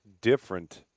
different